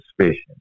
suspicion